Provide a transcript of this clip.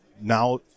Now